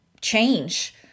change